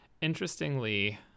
Interestingly